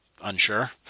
unsure